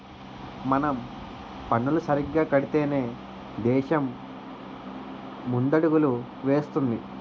మనం పన్నులు సరిగ్గా కడితేనే దేశం ముందడుగులు వేస్తుంది